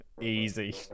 easy